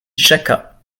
jacquat